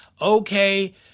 Okay